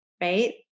right